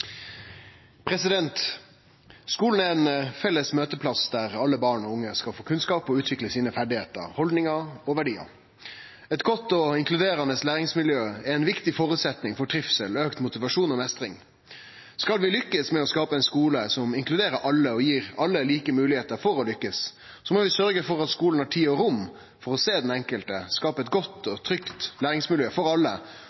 Skolen er ein felles møteplass der alle barn og unge skal få kunnskap og utvikle sine ferdigheiter, haldningar og verdiar. Eit godt og inkluderande læringsmiljø er ein viktig føresetnad for trivsel, auka motivasjon og meistring. Skal vi lykkast med å skape ein skole som inkluderer alle og gir alle like moglegheiter for å lykkast, må vi sørgje for at skolen har tid og rom til å sjå den enkelte, skape eit godt